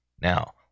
Now